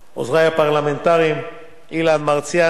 עוזרי הפרלמנטריים אילן מרסיאנו